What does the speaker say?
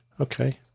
Okay